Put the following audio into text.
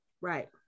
Right